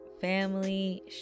family